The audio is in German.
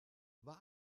war